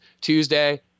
Tuesday